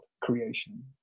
creation